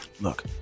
Look